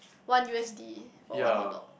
one U_S_D for one hotdog